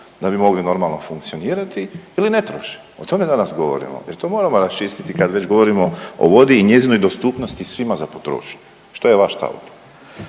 da bi mogli normalno funkcionirati ili ne troši? O tome danas govorimo jer to moramo raščistiti kad već govorimo o vodi i njezinoj dostupnosti svima za potrošnju. Što je vaš stav?